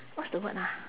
what's the word ah